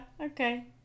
okay